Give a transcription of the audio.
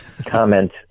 comment